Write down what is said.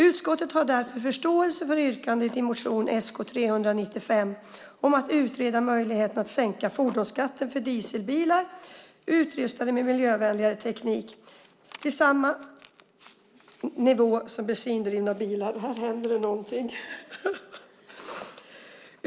Utskottet har därför förståelse för yrkandet i motion Sk395 om att utreda möjligheten att sänka fordonsskatten för dieselbilar utrustade med miljövänligare teknik till samma nivå som för bensindrivna bilar.